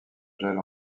gèle